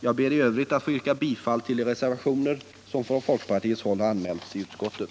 Jag ber att få yrka bifall till de reservationer som från folkpartiets håll har anmälts i utskottet.